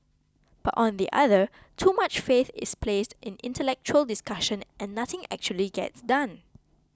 but on the other too much faith is placed in intellectual discussion and nothing actually gets done